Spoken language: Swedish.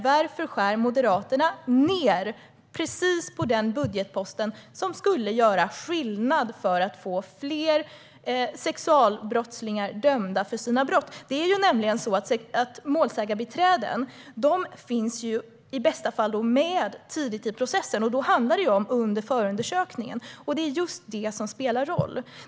Varför skär Moderaterna ned på precis den budgetpost som skulle göra skillnad för att få fler sexualbrottslingar dömda för sina brott? Det är nämligen så att målsägarbiträden i bästa fall finns med tidigt i processen, under förundersökningen, och det är just det som spelar roll.